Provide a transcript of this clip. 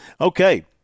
Okay